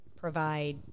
provide